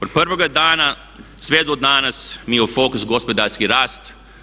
Od prvoga dana sve do danas mi je u fokusu gospodarski rast.